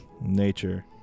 Nature